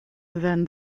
then